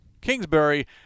Kingsbury